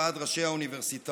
ועד ראשי האוניברסיטאות,